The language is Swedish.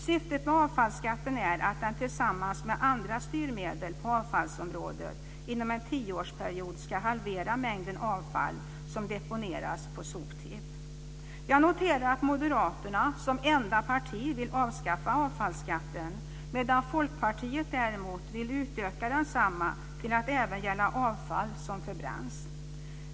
Syftet med avfallsskatten är att den tillsammans med andra styrmedel på avfallsområdet inom en tioårsperiod ska halvera mängden avfall som deponeras på soptipp. Jag noterar att Moderaterna som enda parti vill avskaffa avfallsskatten, medan Folkpartiet däremot vill utöka densamma till att gälla även avfall som förbränns.